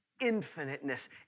infiniteness